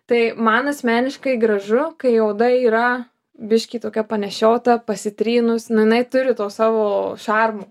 tai man asmeniškai gražu kai oda yra biškį tokia panešiota pasitrynus nu jinai turi to savo šarmo